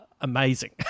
amazing